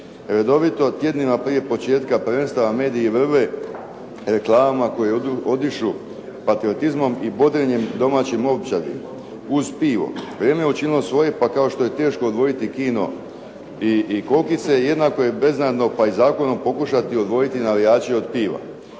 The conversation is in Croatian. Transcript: Redovito tjednima prije početka prvenstva mediji vrve reklamama koje odišu patriotizmom i bodrenjem domaće momčadi uz pivo. Vrijeme je učinilo svoje, pa kao što je teško odvojiti kina i kokice, jednako je beznadno pa i zakonom pokušati odvojiti navijače od piva.